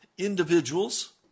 individuals